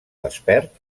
despert